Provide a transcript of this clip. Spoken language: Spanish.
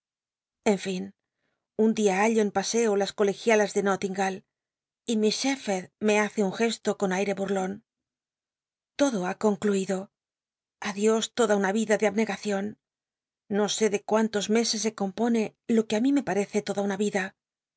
en fin un dia hallo en paseo las colegialas de no ltinga ll y miss shephetd me hace un gesto con aile bu ion todo ha concluido i dios toda una riela de abnegacion no sé de cuántos meses se compone lo que á mí me patece toda una riela